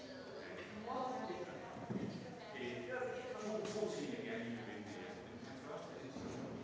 Tak